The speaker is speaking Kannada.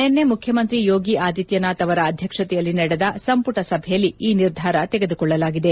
ನಿನ್ನೆ ಮುಖ್ಯಮಂತ್ರಿ ಯೋಗಿ ಆದಿತ್ತನಾಥ್ ಅವರ ಅಧ್ಯಕ್ಷತೆಯಲ್ಲಿ ನಡೆದ ಸಂಪುಟ ಸಭೆಯಲ್ಲಿ ಈ ನಿರ್ಧಾರ ತೆಗೆದುಕೊಳ್ಳಲಾಗಿದೆ